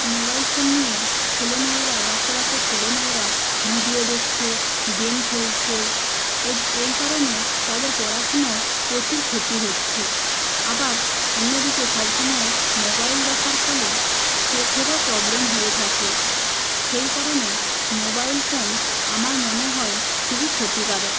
mobile phone নিয়ে ছেলেমেয়েরা বাচ্চা বাচ্চা ছেলেমেয়েরা ভিডিও দেখছে গেম খেলছে এই কারণে তাদের পড়াশোনার প্রচুর ক্ষতি হচ্ছে আবার অন্যদিকে সবসময় মোবাইল দেখার ফলে চোখেরও প্রবলেম হয়ে থাকে সেই কারণে মোবাইল ফোন আমার মনে হয় খুবই ক্ষতিকারক